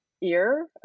ear